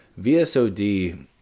VSOD